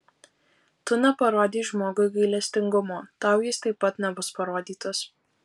tu neparodei žmogui gailestingumo tau jis taip pat nebus parodytas